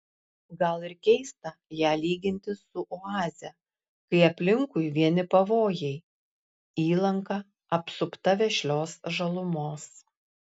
gal ir keista ją lyginti su oaze kai aplinkui vieni pavojai įlanka apsupta vešlios žalumos